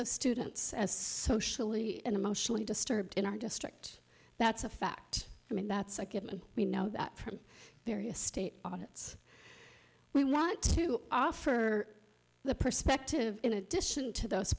of students as socially and emotionally disturbed in our district that's a fact i mean that's a given we know that from various state audits we want to offer the perspective in addition to those